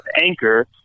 anchor